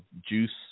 juice